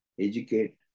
educate